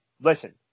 listen